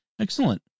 excellent